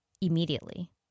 immediately